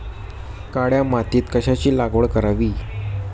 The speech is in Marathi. काळ्या मातीत कशाची लागवड करावी?